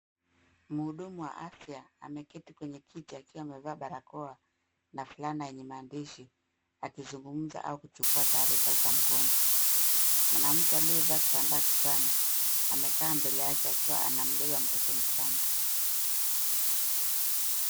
Mhudumu wa afya ameketi kwenye kiti akiwa amevaa barakoa na flana yenye maandishi akizungumza au kuchukua taarifa za mgonjwa, mwanamke aliyevaa kitambaa kichwani amekaa mbele yake akiwa anambeba mtoto mchanga.